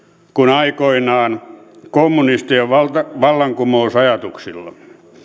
aikoinaan kommunistien vallankumousajatuksilla